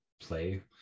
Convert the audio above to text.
play